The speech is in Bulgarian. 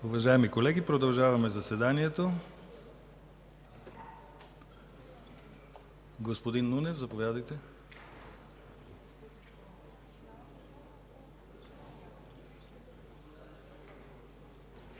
Уважаеми колеги, продължаваме заседанието. Господин Нунев, заповядайте.